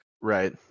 right